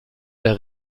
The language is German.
der